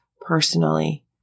personally